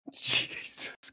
Jesus